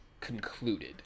concluded